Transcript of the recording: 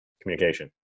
communication